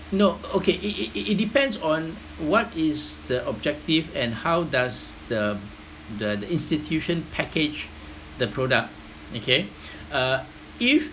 no okay it it it it depends on what is the objective and how does the the institution package the product okay uh if